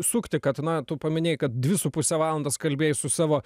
sukti kad na tu paminėjai kad dvi su puse valandas kalbėjai su savo